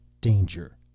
danger